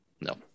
No